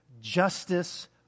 justice